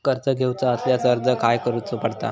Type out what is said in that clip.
कर्ज घेऊचा असल्यास अर्ज खाय करूचो पडता?